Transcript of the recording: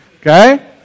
okay